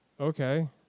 Okay